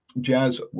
Jazz